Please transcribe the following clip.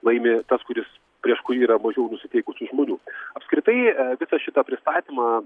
laimi tas kuris prieš kurį yra mažiau nusiteikusių žmonių apskritai visą šitą pristatymą